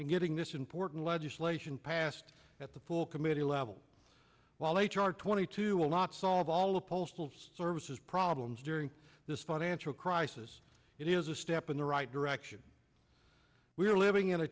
in getting this important legislation passed at the full committee level while h r twenty two a lot solve all of the postal services problems during this financial crisis it is a step in the right direction we are living in a